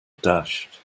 dashed